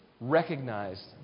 recognized